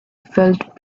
felt